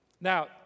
Now